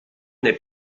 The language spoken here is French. n’est